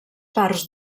parts